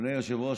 אדוני היושב-ראש,